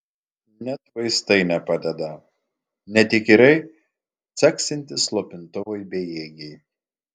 net vaistai nepadeda net įkyriai caksintys slopintuvai bejėgiai